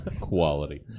Quality